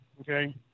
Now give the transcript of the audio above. Okay